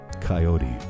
coyote